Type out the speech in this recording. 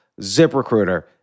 ZipRecruiter